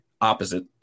opposite